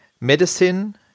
medicine